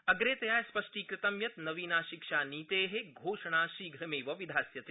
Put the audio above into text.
अग्रे तया स्पष्टीकृतं यत् नवीनशिक्षानीते घोषणा शीघ्रमेव विधास्यते